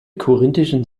korinthischen